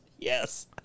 Yes